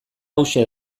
hauxe